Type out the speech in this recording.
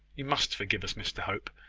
you must forgive us, mr hope.